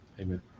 Amen